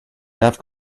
deaf